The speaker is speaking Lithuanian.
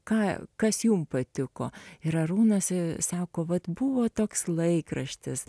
ką kas jum patiko ir arūnas sako vat buvo toks laikraštis